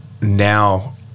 now